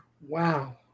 Wow